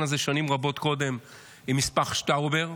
הזה שנים רבות קודם עם מסמך שטאובר,